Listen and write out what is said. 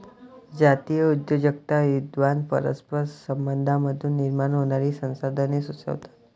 जातीय उद्योजकता विद्वान परस्पर संबंधांमधून निर्माण होणारी संसाधने सुचवतात